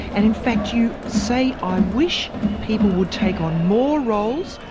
and in fact you say i wish people would take on more roles,